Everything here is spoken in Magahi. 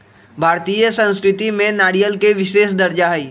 भारतीय संस्कृति में नारियल के विशेष दर्जा हई